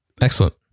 excellent